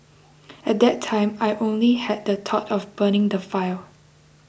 at that time I only had the thought of burning the file